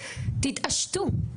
תתעשתו,